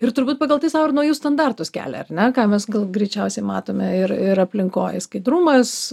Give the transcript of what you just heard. ir turbūt pagal tai sau ir naujus standartus kelia ar ne ką mes gal greičiausiai matome ir ir aplinkoj skaidrumas